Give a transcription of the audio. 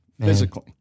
physically